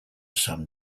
some